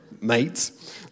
mate